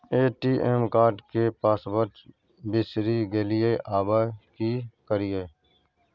ATM card के password बिसरि गेलियै आबय की करियै?